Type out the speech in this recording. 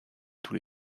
tous